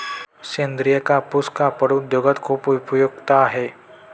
सेंद्रीय कापूस कापड उद्योगात खूप उपयुक्त आहे